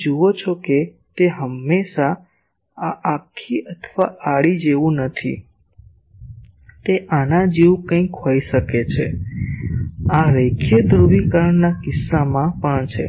તમે જુઓ છો કે તે હંમેશાં આ ઊભી અથવા આડી જેવું નથી તે આના જેવું કંઈક હોઈ શકે છે આ રેખીય ધ્રુવીકરણના કિસ્સામાં પણ છે